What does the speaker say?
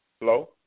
Hello